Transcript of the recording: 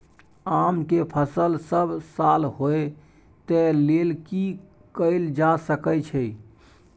आम के फसल सब साल होय तै लेल की कैल जा सकै छै?